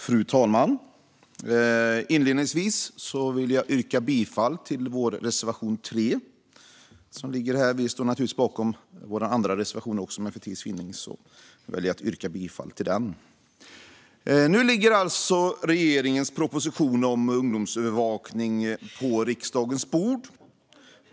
Fru talman! Inledningsvis vill jag yrka bifall till vår reservation 3. Vi står naturligtvis bakom våra andra reservationer också, men för tids vinnande väljer jag att yrka bifall endast till den. Nu ligger regeringens proposition om ungdomsövervakning på riksdagens bord.